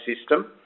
system